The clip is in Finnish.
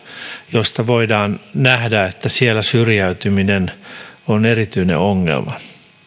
joista voidaan nähdä että siellä syrjäytyminen on erityinen ongelma